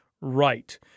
right